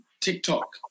TikTok